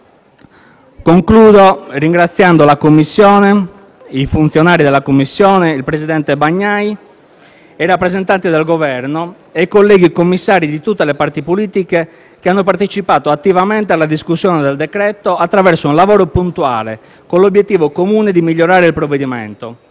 Concludo, ringraziando la Commissione: i funzionari della Commissione, il presidente Bagnai, i rappresentanti dal Governo e i colleghi commissari di tutte le parti politiche che hanno partecipato attivamente alla discussione del decreto-legge attraverso un lavoro puntuale, con l'obiettivo comune di migliorare il provvedimento.